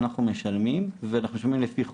אנחנו משלמים ואנחנו משלמים לפי חוק,